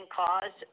cause